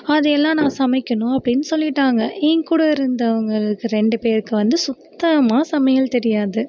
அதையெல்லாம் நான் சமைக்கணும் அப்படின்னு சொல்லிவிட்டாங்க என் கூட இருந்தவர்களுக்கு ரெண்டு பேருக்கு வந்து சுத்தமாக சமையல் தெரியாது